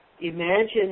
Imagine